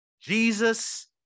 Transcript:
Jesus